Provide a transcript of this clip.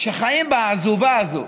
שחיים בעזובה הזאת,